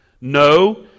No